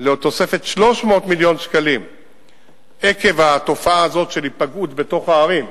לתוספת 300 מיליון שקלים עקב התופעה הזאת של היפגעות בתוך הערים,